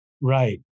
right